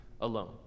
alone